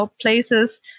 places